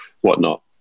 whatnot